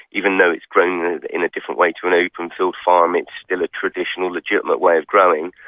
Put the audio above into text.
even though it's grown in a different way to an open field farm, it's still a traditional legitimate way of growing.